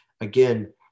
again